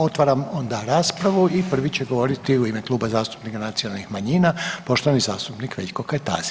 Otvaram onda raspravu i prvi će govoriti u ime Kluba zastupnika nacionalnih manjina poštovani zastupnik Veljko Kajtazi.